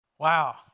Wow